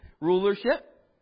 rulership